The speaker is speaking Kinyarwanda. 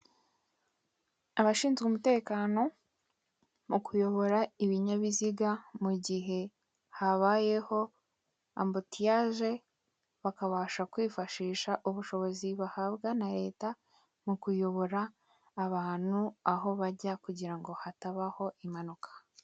Abashinzwe umutekano mu kuyobora ibinyabiziga mu gihe habayeho ambutiyaje, bakabasha kwifashisha ubushobozi bahabwa na leta mu kuyobora abantu aho bajya kugira ngo hatabaho impanuka.